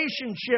relationship